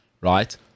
right